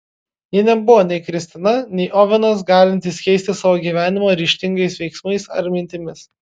ji nebuvo nei kristina nei ovenas galintys keisti savo gyvenimą ryžtingais veiksmais ar mintimis